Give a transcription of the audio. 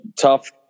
tough